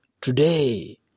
today